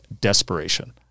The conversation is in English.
desperation